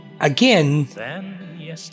Again